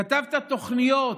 כתבת תוכניות,